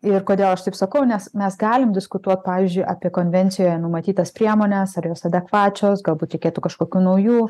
ir kodėl aš taip sakau nes mes galim diskutuot pavyzdžiui apie konvencijoje numatytas priemones ar jos adekvačios galbūt reikėtų kažkokių naujų